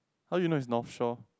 how you know it's North Shore